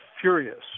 furious